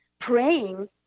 praying